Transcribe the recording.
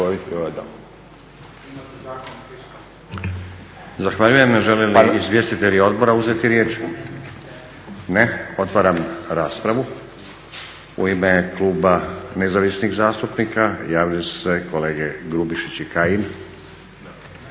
Zahvaljujem. Žele li izvjestitelji odbora uzeti riječ? Ne. Otvaram raspravu. U ime Kluba nezavisnih zastupnika javili su se kolege Grubišić i Kajin. Nema